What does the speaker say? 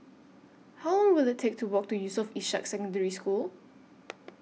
How Long Will IT Take to Walk to Yusof Ishak Secondary School